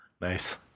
Nice